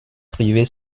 privée